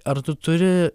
ar tu turi